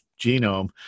genome